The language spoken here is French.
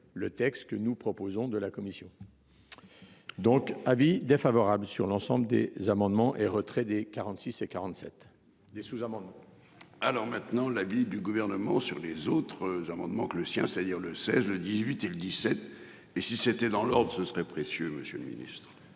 le texte que nous proposons de la commission. Donc, avis défavorable sur l'ensemble des amendements et retrait des 46 et 47. Les sous-amendements. Alors maintenant l'avis du gouvernement sur les autres amendements que le sien, c'est-à-dire le 16 le 18 et le 17. Et si c'était dans l'ordre ce serait précieux. Monsieur le Ministre.